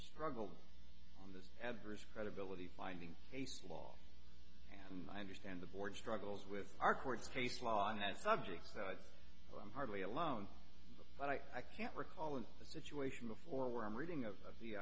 struggled on this adverse credibility finding a flaw and i understand the board struggles with our court case law on that subject i'm hardly alone but i can't recall in that situation before where i'm reading of a